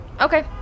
Okay